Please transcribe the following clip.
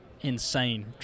insane